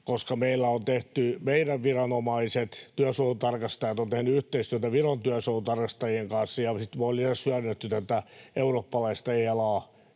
koska meidän viranomaiset, työsuojelutarkastajat, ovat tehneet yhteistyötä Viron työsuojelutarkastajien kanssa ja sitten me ollaan lisäksi hyödynnetty tätä eurooppalaista ELA-järjestelmää